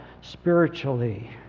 spiritually